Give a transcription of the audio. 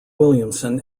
williamson